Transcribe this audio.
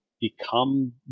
become